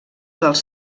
dels